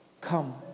come